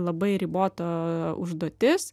labai ribota užduotis